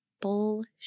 bullshit